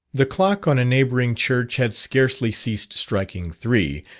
the clock on a neighbouring church had scarcely ceased striking three,